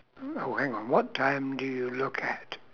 oh hang on what time do you look at